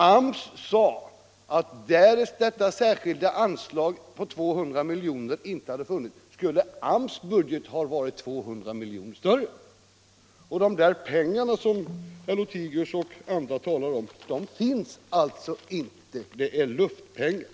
AMS har förklarat att därest detta särskilda anslag på 200 milj.kr. inte hade funnits skulle AMS budget ha varit 200 milj.kr. större. De där pengarna som herr Lothigius och andra talar om finns alltså inte, utan det är bara luftpengar.